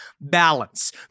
balance